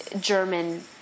German